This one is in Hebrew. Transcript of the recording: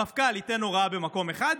המפכ"ל ייתן הוראה במקום אחד,